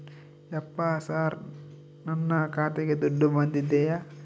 ಯಪ್ಪ ಸರ್ ನನ್ನ ಖಾತೆಗೆ ದುಡ್ಡು ಬಂದಿದೆಯ?